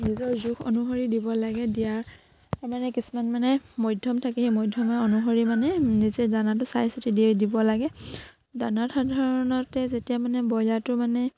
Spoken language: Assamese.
নিজৰ জোখ অনুসৰি দিব লাগে দিয়াৰ মানে কিছুমান মানে মধ্যম থাকে সেই মধ্যমে অনুসৰি মানে নিজে দানাটো চাই চাতি দি দিব লাগে দানাত সাধাৰণতে যেতিয়া মানে ব্ৰইলাৰটো মানে